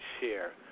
share